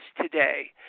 today